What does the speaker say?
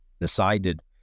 decided